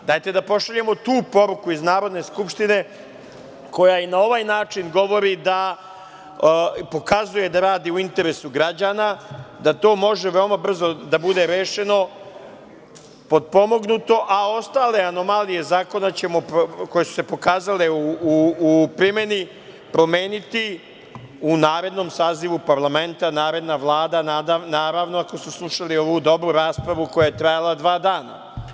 Dajte da pošaljemo tu poruku iz Narodne skupštine koja i na ovaj način pokazuje da radi u interesu građana, da to može veoma brzo da bude rešeno, potpomognuto, a ostale anomalije zakona ćemo koje su se pokazale u primeni promeniti u narednom sazivu parlamenta, naredna Vlada, naravno ako su slušali ovu dobru raspravu koja je trajala dva dana.